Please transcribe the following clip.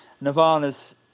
Nirvana's